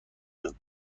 یاد